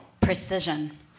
precision